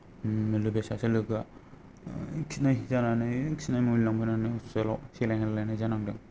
आंनि लोगो सासे लोगोआ ओ खिनाय जानानै खिनाय मुलि लांफैनानै हस्पितालाव सिलायन होलायनाय जानांदों